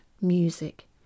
music